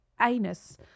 anus